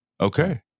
Okay